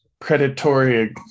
predatory